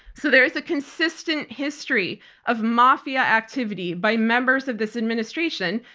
so, there is a consistent history of mafia activity by members of this administration.